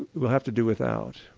you'll have to do without.